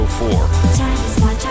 four